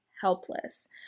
helpless